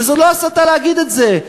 וזו לא הסתה להגיד את זה.